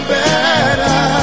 better